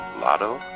Lotto